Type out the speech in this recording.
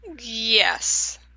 Yes